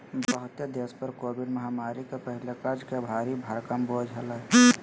बहुते देश पर कोविड महामारी के पहले कर्ज के भारी भरकम बोझ हलय